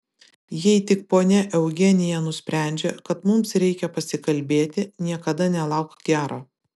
jei tik ponia eugenija nusprendžia kad mums reikia pasikalbėti niekada nelauk gero